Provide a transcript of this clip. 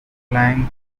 blank